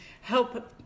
help